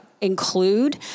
include